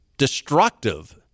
destructive